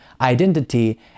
identity